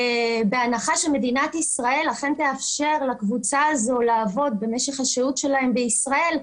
בהנחה שמדינת ישראל אכן תאפשר לקבוצה הזו לעבוד במשך השהות שלהם בישראל,